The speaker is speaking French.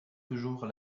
toujours